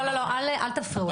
לא אל תפריעו לו,